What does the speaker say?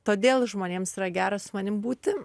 todėl žmonėms yra gera su manim būti